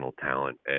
talent